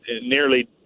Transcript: nearly